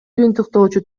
жыйынтыктоочу